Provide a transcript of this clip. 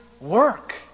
work